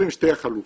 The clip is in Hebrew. אלה הן שתי החלופות.